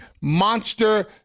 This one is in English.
monster